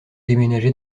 déménager